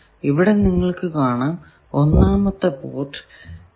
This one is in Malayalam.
ഇവിടെ നിങ്ങൾക്കു ഒന്നാമത്തെ പോർട്ട് കാണാം